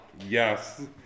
Yes